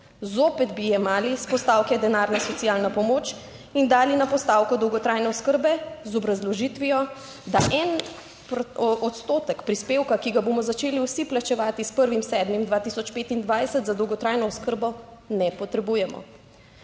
zopet bi jemali s postavke Denarna socialna pomoč in dali na postavko dolgotrajne oskrbe, z obrazložitvijo, da en odstotek prispevka, ki ga bomo začeli vsi plačevati s 1. 7. 2025, za dolgotrajno oskrbo ne potrebujemo,